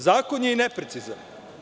Zakon je neprecizan.